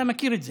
אתה מכיר את זה,